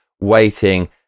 waiting